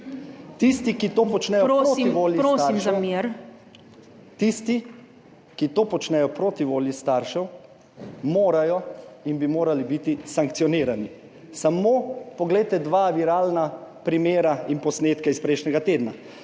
Tisti, ki to počnejo proti volji staršev, morajo in bi morali biti sankcionirani. Samo poglejte dva viralna primera in posnetke iz prejšnjega tedna.